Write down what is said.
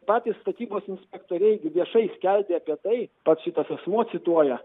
patys statybos inspektoriai gi viešai skelbė apie tai pats šitas asmuo cituoja